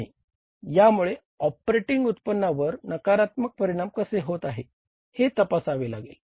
आणि यामुळे ऑपरेटिंग उत्पन्नावर नकारात्मक परिणाम कसे होत आहे हे तपासावे लागेल